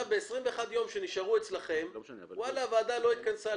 ב-21 הימים שנשארו אצלכם הוועדה לא התכנסה,